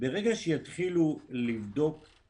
בדיון אני חושב שלא צריך לתת להם